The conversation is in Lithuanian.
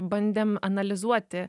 bandėm analizuoti